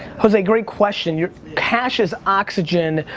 jose, great question. your cash is oxygen,